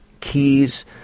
keys